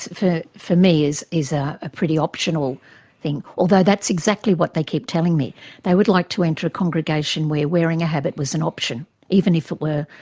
for me is is ah a pretty optional thing although that's exactly what they keep telling me they would like to enter a congregation where wearing a habit was an option, even if it were,